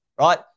right